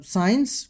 Science